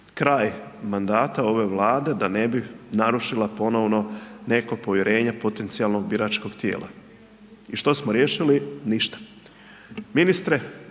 kraj mandata ove Vlade da ne bi narušila ponovno neko povjerenje potencijalnog biračkog tijela, i što smo riješili? Ništa.